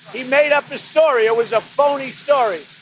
he made up the story. it was a phony story.